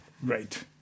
great